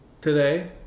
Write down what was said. today